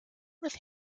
with